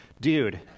dude